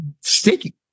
sticky